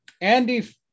Andy